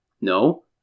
No